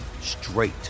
straight